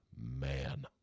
man